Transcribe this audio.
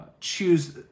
choose